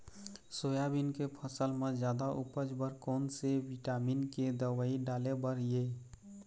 Soybean के फसल म जादा उपज बर कोन से विटामिन के दवई डाले बर ये?